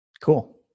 Cool